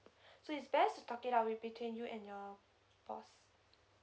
so it's best to talk it out with between you and your boss